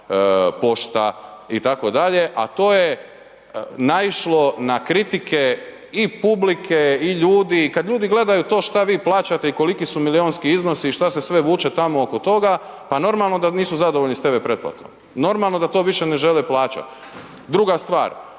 Pošta itd., a to je naišlo na kritike i publike i ljudi, kad ljudi gledaju to šta vi plaćate i koliki su milijunski iznosi i šta se sve vuče tamo oko toga, pa normalno da nisu zadovoljni sa TV pretplatom, normalno da to više ne žele plaćati. Druga stvar,